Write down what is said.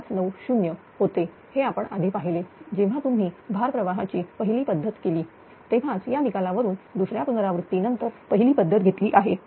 96590 होते हे आपण आधी पाहिलेजेव्हा तुम्ही भार प्रवाहाची पहिली पद्धत केली तेव्हाच या निकालावरून दुसऱ्या पुनरावृत्ती नंतर पहिली पद्धत घेतली आहे